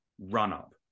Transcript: run-up